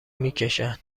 میکشن